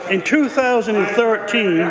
in two thousand and thirteen